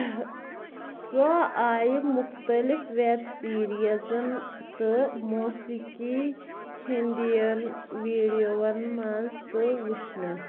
سۄ آیہ مُختلِف وٮ۪بسیٖریٖزَن تہٕ موسیٖقی ہِنٛدٮ۪ن ویٖڈیووَن منٛز تہٕ وٕچھنہٕ